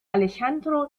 alejandro